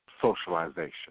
socialization